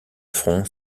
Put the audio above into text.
front